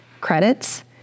credits